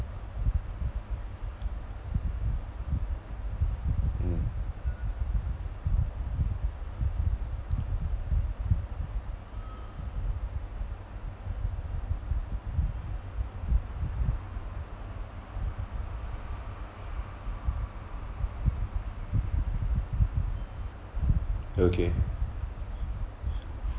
mm okay